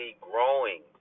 growing